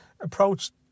approached